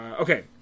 Okay